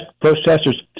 protesters